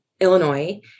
Illinois